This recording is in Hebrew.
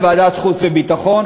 בוועדת חוץ וביטחון,